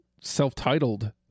self-titled